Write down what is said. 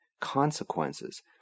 consequences